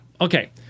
Okay